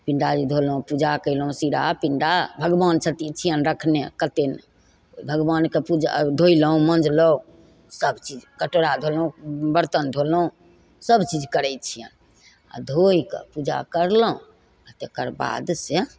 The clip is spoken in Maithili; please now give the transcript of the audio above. पिनडाली धोलहुँ पूजा कयलहुँ सिरा पिण्डा भगवान छथिन छियनि रखने कत्तेने भगवानके पूजा धोइलहुँ मजलहुँ सबचीज कटोरा धोलहुँ बर्तन धोलहुँ सबचीज करय छियनि आओर धोइ कऽ पूजा करलहुँ आओर तकरबाद से